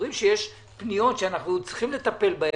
יש פניות שאנחנו צריכים לטפל בהן,